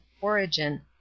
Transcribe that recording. Origin